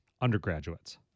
undergraduates